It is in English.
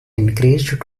increased